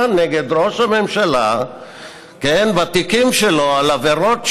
נגד ראש הממשלה בתיקים שלו על עבירות שוחד.